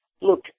look